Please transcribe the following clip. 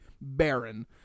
Baron